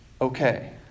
okay